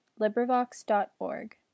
LibriVox.org